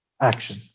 action